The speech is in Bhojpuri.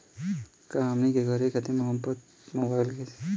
का हमनी के घेरे रह के मोब्बाइल से बाजार के समान खरीद सकत बनी?